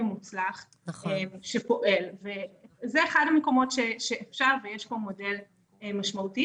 מוצלח שפועל וזה אחד המקומות שאפשר ויש בו מודל משמעותי